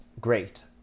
great